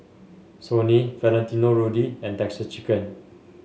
Sony Valentino Rudy and Texas Chicken